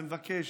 ומבקש,